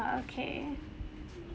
uh okay